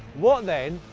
what then,